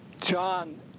John